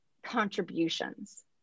contributions